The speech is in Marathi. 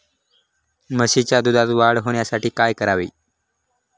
म्हशीच्या दुधात वाढ होण्यासाठी काय करावे?